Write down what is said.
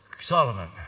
Solomon